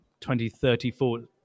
2034